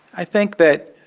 i think that,